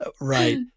Right